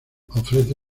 ofrece